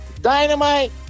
Dynamite